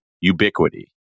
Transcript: ubiquity